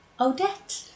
Odette